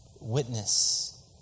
witness